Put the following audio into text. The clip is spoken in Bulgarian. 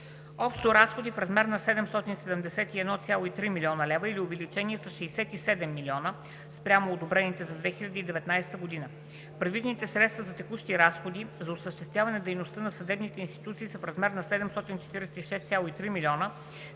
Общо разходи в размер на 771,3 млн. лв., или увеличение с 67,0 млн. лв. спрямо одобрените за 2019 г. Предвидените средства за текущи разходи за осъществяване на дейността на съдебните институции са в размер на 746,3 млн.